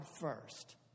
first